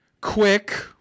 quick